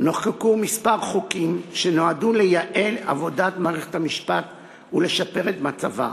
נחקקו חוקים שונים שנועדו לייעל עבודת מערכת המשפט ולשפר מצבה.